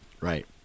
Right